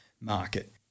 market